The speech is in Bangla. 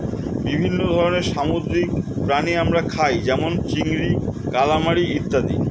বিভিন্ন ধরনের সামুদ্রিক প্রাণী আমরা খাই যেমন চিংড়ি, কালামারী ইত্যাদি